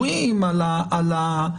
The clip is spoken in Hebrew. נתונים.